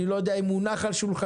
אני לא יודע אם הוא מונח על שולחנכם,